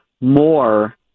more